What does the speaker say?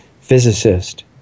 physicist